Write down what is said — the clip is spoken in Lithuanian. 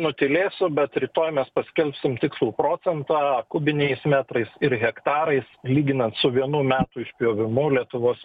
nutylėsiu bet rytoj mes paskelbsim tikslų procentą kubiniais metrais ir hektarais lyginant su vienų metų išpjovimu lietuvos